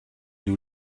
nous